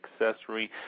accessory